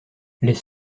les